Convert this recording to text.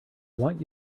want